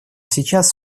сейчас